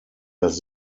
das